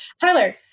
Tyler